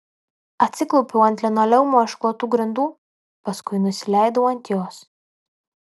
atsiklaupiau ant linoleumu išklotų grindų paskui nusileidau ant jos